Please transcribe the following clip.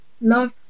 love